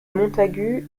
montagu